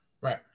Right